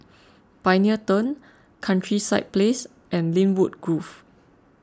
Pioneer Turn Countryside Place and Lynwood Grove